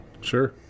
Sure